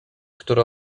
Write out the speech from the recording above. które